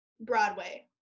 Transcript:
Broadway